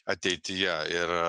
ateityje ir